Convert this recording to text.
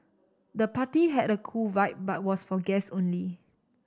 the party had a cool vibe but was for guests only